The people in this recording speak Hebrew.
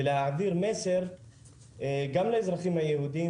ולהעביר מסר גם לאזרחים היהודים,